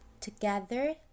together